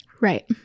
Right